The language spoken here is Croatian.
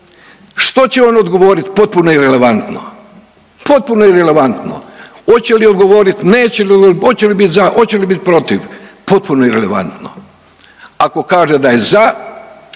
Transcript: Što će on odgovorit potpuno je irelevantno, potpuno irelevantno. Hoće li odgovorit, neće, hoće li bit za, hoće li bit protiv potpuno irelevantno. Ako kaže da je za